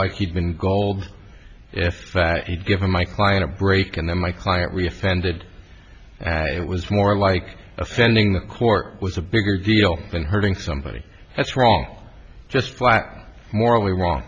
like he'd been gold if but he'd given my client a break and then my client we offended it was more like offending the court was a bigger deal than hurting somebody that's wrong just flat morally